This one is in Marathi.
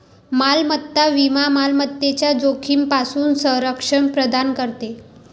मालमत्ता विमा मालमत्तेच्या जोखमीपासून संरक्षण प्रदान करते